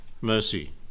mercy